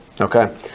Okay